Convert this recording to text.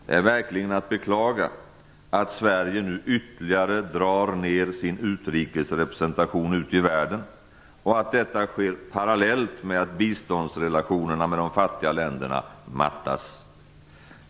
Det är verkligen att beklaga att Sverige nu ytterligare drar ner sin utrikesrepresentation ute i världen och att detta sker parallellt med att biståndsrelationerna med de fattiga länderna mattas.